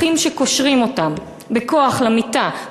אחים שקושרים אותן בכוח למיטה,